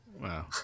Wow